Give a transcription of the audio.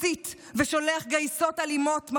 מסית ושולח גייסות אלימות,